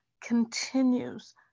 continues